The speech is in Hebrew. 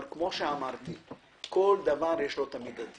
אבל כפי שאמרתי, לכל דבר יש מידתיות.